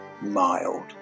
mild